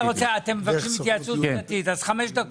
(הישיבה נפסקה בשעה 13:34 ונתחדשה בשעה 13:39.)